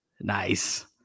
Nice